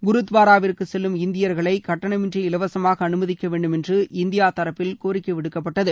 குருத்துவாராவிற்கு செல்லும் இந்தியா்களை கட்டணமின்றி இலவசமாக அனுமதிக்க வேண்டுமென்று இந்தியா தரப்பில் கோரிக்கை விடுக்கப்பட்டது